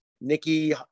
Nikki